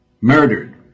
murdered